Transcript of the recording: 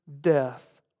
death